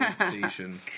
station